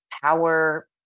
power